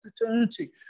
eternity